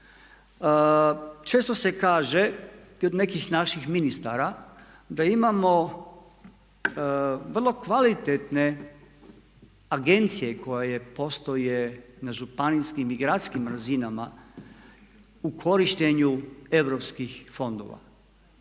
Često se kaže i od nekih naših ministara da imao vrlo kvalitetne agencije koje postoje na županijskim i gradskim razinama u korištenju europskih fondova.